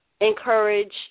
encourage